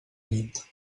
llit